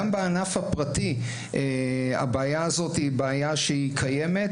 גם בענף הפרטי, הבעיה הזאת היא בעיה שקיימת.